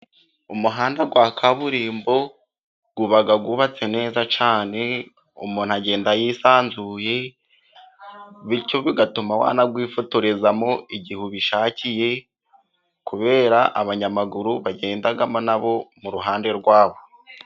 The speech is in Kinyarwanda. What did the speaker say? Umuhanda wa kaburimbo uba wubatse neza cyane. Umuntu agenda yisanzuye. Bityo bigatuma yanakwifotorezamo igihe abishakiye kubera ko abanyamaguru bagendagamo nabo mu ruhande rwabo.